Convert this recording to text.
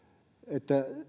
että